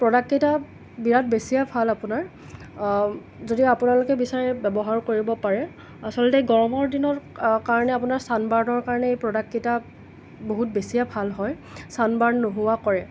প্ৰডাক্টকেইটা বিৰাট বেছিয়ে ভাল আপোনাৰ যদি আপোনালোকে বিচাৰে ব্যৱহাৰ কৰিব পাৰে আচলতে গৰমৰ দিনৰ কাৰণে আপোনাৰ ছানবাৰ্ণৰ কাৰণে এই প্ৰডাক্টকেইটা বহুত বেছিয়ে ভাল হয় ছানবাৰ্ণ নোহোৱা কৰে